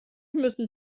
müssen